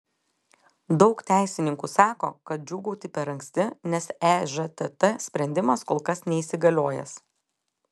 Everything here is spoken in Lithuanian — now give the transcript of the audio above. daug teisininkų sako kad džiūgauti per anksti nes ežtt sprendimas kol kas neįsigaliojęs